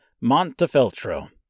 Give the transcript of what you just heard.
Montefeltro